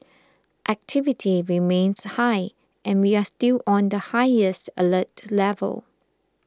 activity remains high and we are still on the highest alert level